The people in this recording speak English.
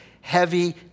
heavy